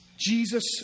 Jesus